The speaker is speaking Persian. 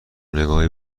نگاهی